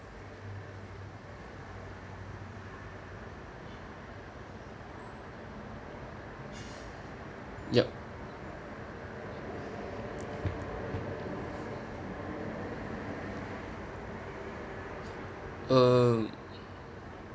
yup um